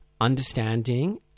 understanding